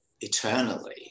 eternally